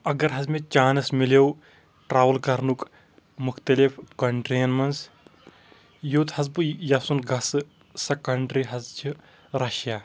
اَگَر حظ مےٚ چانس مِلیٚو ٹرٛیٚوٕل کَرنُک مُختٕلِف کَنٹری یَن منٛز یوٚت حظ بہٕ یَژھُن گَژھٕ سۄ کنٹرٛی حظ چھ رَشِیا